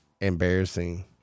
embarrassing